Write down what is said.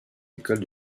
écoles